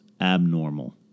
abnormal